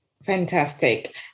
Fantastic